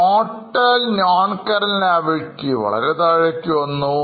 Total noncurrent liabilityവളരെതാഴേക്ക് വന്നു